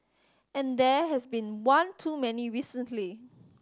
and there has been one too many recently